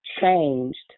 changed